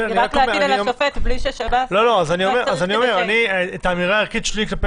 כי רק להטיל על השופט בלי ששב"ס --- האמירה הערכית שלי כלפי